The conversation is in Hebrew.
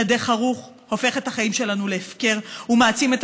שדה חרוך הופך את החיים שלנו להפקר ומעצים את